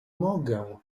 mogę